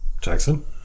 Jackson